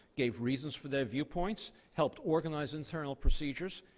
gave reasons for their viewpoints, helped organize internal procedures,